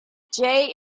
jay